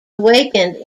awakened